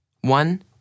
One